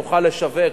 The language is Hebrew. נוכל לשווק,